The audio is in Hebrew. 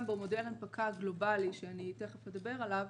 בו מודל הנפקה גלובאלי שתכף אדבר עליו,